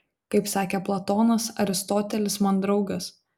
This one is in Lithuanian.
kaip sakė platonas aristotelis man draugas